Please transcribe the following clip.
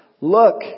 Look